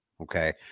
Okay